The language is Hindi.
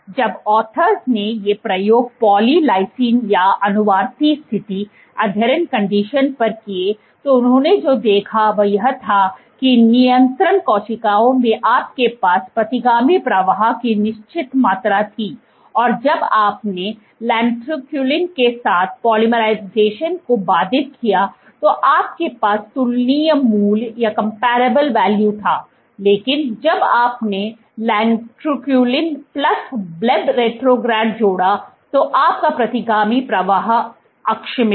इसलिए जब लेखकों ने ये प्रयोग पॉली लाइसिन या अनुवर्ती स्थिति पर किए तो उन्होंने जो देखा वह यह था कि नियंत्रण कोशिकाओं में आपके पास प्रतिगामी प्रवाह की निश्चित मात्रा थी और जब आपने लैट्रुनकुलिन के साथ पोलीमराइजेशन को बाधित किया तो आपके पास तुलनीय मूल्य था लेकिन जब आपने लैट्रुनकुलिन प्लस ब्लब रेट्रोग्रेड जोड़ा तो आपको प्रतिगामी प्रवाह अक्ष मिला